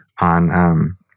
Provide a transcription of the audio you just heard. on